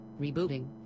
rebooting